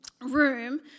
room